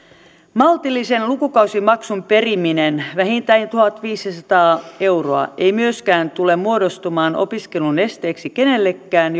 maltillisen lukukausimaksun periminen vähintään tuhatviisisataa euroa ei myöskään tule muodostumaan opiskelun esteeksi kenellekään